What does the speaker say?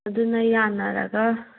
ꯑꯗꯨꯅ ꯌꯥꯟꯅꯔꯒ